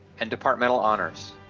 and departmental honors.